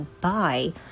buy